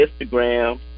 Instagram